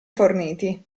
forniti